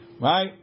Right